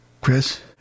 Chris